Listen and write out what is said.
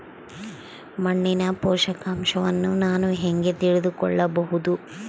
ಮಣ್ಣಿನ ಪೋಷಕಾಂಶವನ್ನು ನಾನು ಹೇಗೆ ತಿಳಿದುಕೊಳ್ಳಬಹುದು?